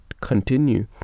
continue